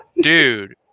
Dude